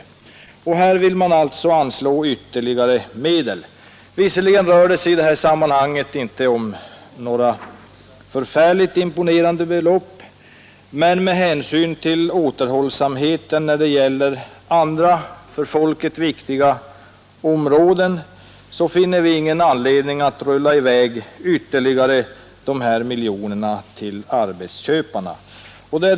Här vill man nu anslå ytterligare medel. Visserligen rör det sig i detta sammanhang inte om några imponerande belopp, men med hänsyn till återhållsamheten när det gäller andra för folket viktiga områden finner vi ingen anledning att rulla i väg dessa ytterligare miljoner till arbetsköparna.